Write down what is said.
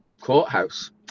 courthouse